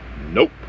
Nope